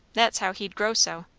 that's how he's growd so.